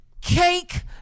Cake